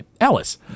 Alice